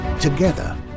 Together